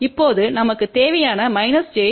இப்போது நமக்கு தேவையான j 1